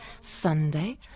Sunday